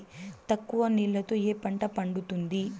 తక్కువ నీళ్లతో ఏ పంట పండుతుంది?